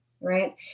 right